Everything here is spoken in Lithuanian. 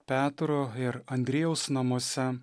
petro ir andriejaus namuose